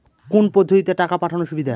কোন পদ্ধতিতে টাকা পাঠানো সুবিধা?